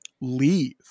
leave